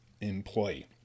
employee